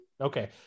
Okay